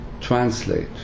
translate